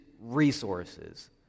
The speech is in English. resources